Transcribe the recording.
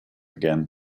again